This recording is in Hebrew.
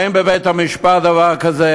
אין בבית-המשפט דבר כזה,